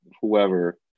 whoever